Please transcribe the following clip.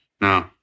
No